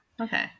Okay